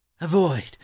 Avoid